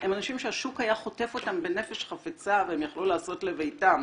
הם אנשים שהשוק היה חוטף אותם בנפש חפצה והם יכלו לעשות לביתם,